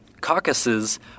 Caucuses